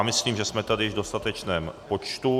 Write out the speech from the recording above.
Myslím, že jsme tady v dostatečném počtu.